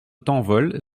tanvol